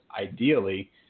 ideally